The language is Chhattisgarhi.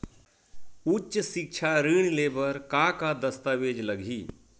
उच्च सिक्छा ऋण ले बर का का दस्तावेज लगही?